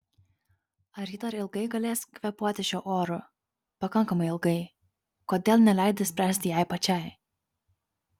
ar ji dar ilgai galės kvėpuoti šiuo oru pakankamai ilgai kodėl neleidi spręsti jai pačiai